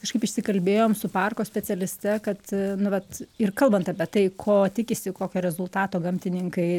kažkaip išsikalbėjom su parko specialiste kad a nu vat ir kalbant apie tai ko tikisi kokio rezultato gamtininkai